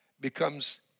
becomes